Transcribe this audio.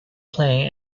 plane